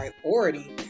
priority